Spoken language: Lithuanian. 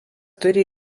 turi